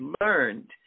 learned